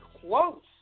close